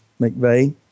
McVeigh